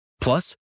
Plus